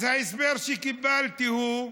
אז ההסבר שקיבלתי הוא: